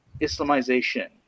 Islamization